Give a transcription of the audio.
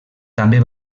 també